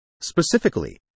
Specifically